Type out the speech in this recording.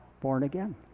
born-again